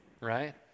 right